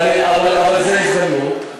הזדמנות מצוינת, אבל זו הזדמנות.